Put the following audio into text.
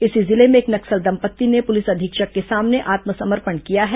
इसी जिले में एक नक्सल दंपत्ति ने पुलिस अधीक्षक के सामने आत्मसमर्पण किया है